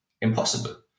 impossible